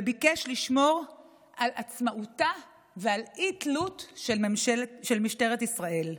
וביקש לשמור על עצמאותה ועל אי-תלותה של משטרת ישראל.